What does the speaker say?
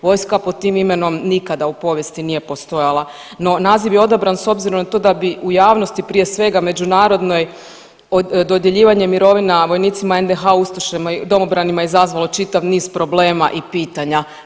Vojska pod tim imenom nikada u povijesti nije postojala, no naziv je odabran s obzirom na to da bi u javnosti prije svega međunarodnoj dodjeljivanje mirovina vojnicima NDH, ustašama, domobranima izazvalo čitav niz problema i pitanja.